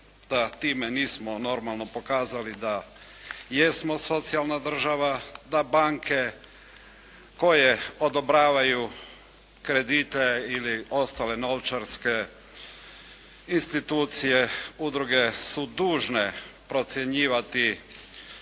da time nismo normalno pokazali da jesmo socijalna država, da banke koje odobravaju kredite ili ostale novčarske institucije, udruge su dužne procjenjivati